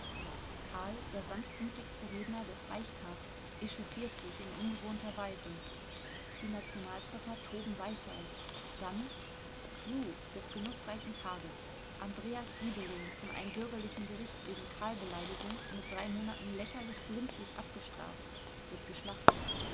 kahl der sanftmütigste redner des reichstags echauffiert sich in ungewohnter weise die nationaltrotter toben beifall dann clou des genußreichen tages andreas riebeling von einem bürgerlichen gericht wegen kahl-beleidigung mit drei monaten lächerlich glimpflich abgestraft wird geschlachtet